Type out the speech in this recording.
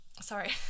sorry